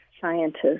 scientists